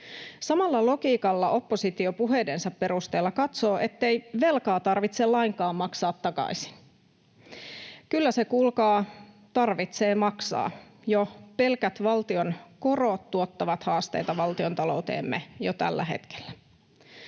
Samalla logiikalla oppositio puheidensa perusteella katsoo, ettei velkaa tarvitse lainkaan maksaa takaisin. Kyllä se, kuulkaa, tarvitsee maksaa. Jo pelkät valtionvelan korot tuottavat haasteita valtiontalouteemme jo tällä hetkellä.